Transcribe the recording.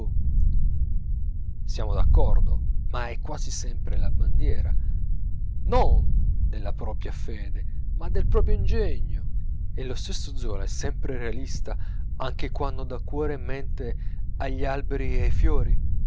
siamo d'accordo ma è quasi sempre la bandiera non della propria fede ma del proprio ingegno e lo stesso zola è sempre realista anche quando dà cuore e mente agli alberi e ai fiori